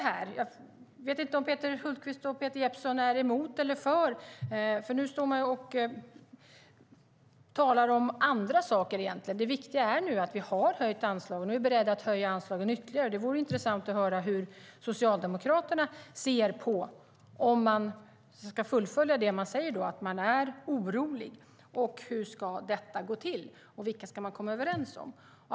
Jag vet inte om Peter Hultqvist och Peter Jeppsson är för eller emot detta, för nu står man och talar om andra saker. Det viktiga är att vi har höjt anslagen, och vi är beredda att höja dem ytterligare. Det vore intressant att höra om Socialdemokraterna ska fullfölja det man säger - man är orolig - hur det ska gå till och vilka man ska komma överens med.